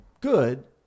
good